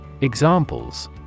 Examples